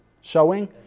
Showing